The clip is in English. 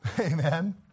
Amen